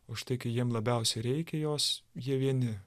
o štai kai jiem labiausiai reikia jos jie vieni